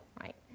Right